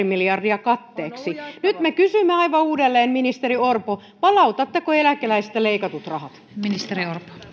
miljardia katteeksi nyt me kysymme aivan uudelleen ministeri orpo palautatteko eläkeläisiltä leikatut rahat